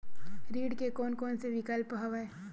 ऋण के कोन कोन से विकल्प हवय?